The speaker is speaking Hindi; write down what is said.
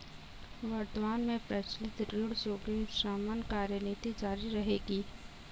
वर्तमान में प्रचलित ऋण जोखिम शमन कार्यनीति जारी रहेगी